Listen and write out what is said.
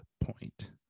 point